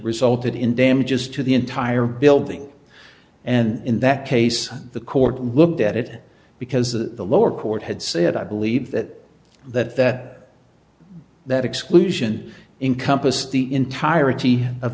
resulted in damages to the entire building and in that case the court looked at it because the lower court had said i believe that that that that exclusion in compass the entirety of